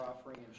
offering